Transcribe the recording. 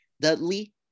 Dudley